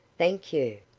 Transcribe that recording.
thank you,